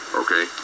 okay